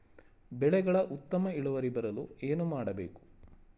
ಬೆಳೆಗಳ ಉತ್ತಮ ಇಳುವರಿ ಬರಲು ಏನು ಮಾಡಬೇಕು?